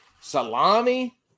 salami